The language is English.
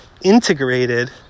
integrated